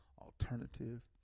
alternative